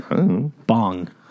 Bong